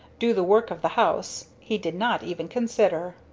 do the work of the house he did not even consider.